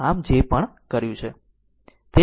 આમ જે પણ કર્યું છે